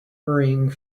hurrying